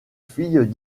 filles